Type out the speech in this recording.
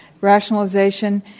Rationalization